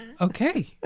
Okay